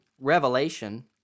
Revelation